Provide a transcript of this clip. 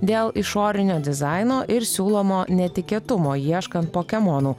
dėl išorinio dizaino ir siūlomo netikėtumo ieškant pokemonų